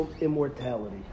immortality